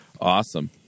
Awesome